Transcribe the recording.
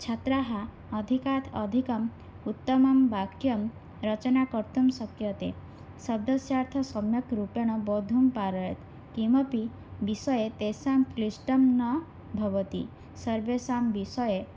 छात्राः अधिकात् अधिकम् उत्तमं वाक्यरचनां कर्तुं शक्यते शब्दस्यार्थः सम्यक् रूपेण बोद्धुं पारयेत् किमपि विषये तेषां क्लिष्टं न भवति सर्वेषां विषये